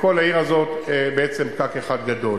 וכל העיר הזאת בעצם היא פקק אחד גדול.